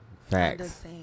Facts